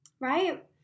right